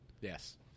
Yes